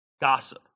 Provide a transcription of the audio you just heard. Gossip